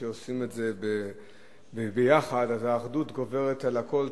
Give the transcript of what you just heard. כשעושים את יחד האחדות גוברת על הכול.